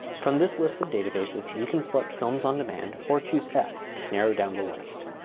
from this list of databases you can select films on demand, or choose f, to narrow down the list.